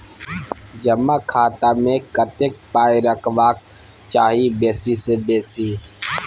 जमा खाता मे कतेक पाय रखबाक चाही बेसी सँ बेसी?